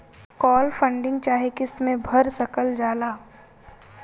काल funding चाहे किस्त मे भर सकल जाला